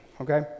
okay